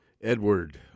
Edward